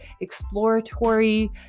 exploratory